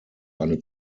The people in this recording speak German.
eine